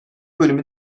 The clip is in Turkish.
bölümü